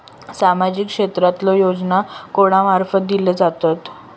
सामाजिक क्षेत्रांतले योजना कोणा मार्फत दिले जातत?